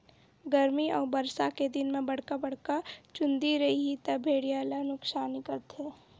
गरमी अउ बरसा के दिन म बड़का बड़का चूंदी रइही त भेड़िया ल नुकसानी करथे